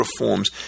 reforms